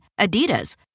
Adidas